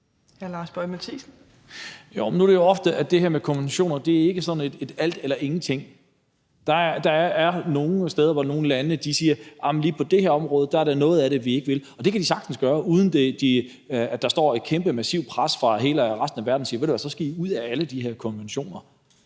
det her med konventioner ikke er sådan alt eller ingenting. Der er nogle steder, hvor nogle lande siger: Arh, men lige på det her område er der noget af det, vi ikke vil. Og det kan de sagtens gøre, uden at der er et massivt pres fra resten af verden om, at så skal de ud af alle de konventioner.